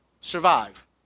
survive